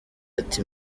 ati